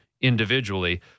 individually